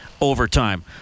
overtime